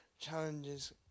challenges